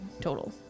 total